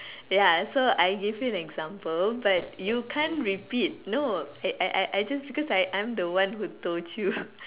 ya so I give you an example but you can't repeat no I I I just because I I'm the one who told you